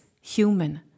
human